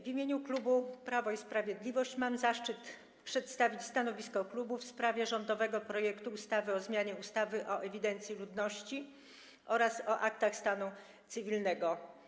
W imieniu klubu Prawo i Sprawiedliwość mam zaszczyt przedstawić stanowisko klubu w sprawie rządowego projektu ustawy o zmianie ustawy o ewidencji ludności oraz o aktach stanu cywilnego.